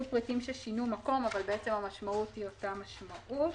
פריטים ששינו מקום אבל המשעות היא אותה משמעות.